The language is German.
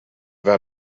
war